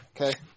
Okay